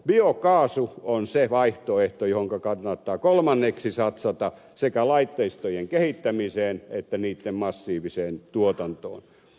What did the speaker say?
biokaasu on se vaihtoehto johon kannattaa kolmanneksi satsata sekä laitteistojen kehittämiseen että niitten massiiviseen tuotantoon